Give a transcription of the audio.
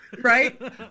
Right